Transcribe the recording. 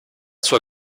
sua